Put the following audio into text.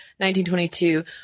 1922